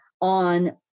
on